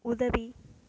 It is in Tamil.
உதவி